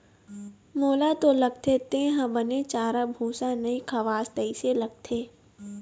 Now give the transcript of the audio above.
मोला तो लगथे तेंहा बने चारा भूसा नइ खवास तइसे लगथे